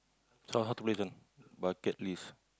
so how to play this one bucket list